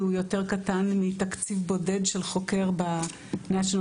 הוא יותר קטן מתקציב בודד של חוקר ב-National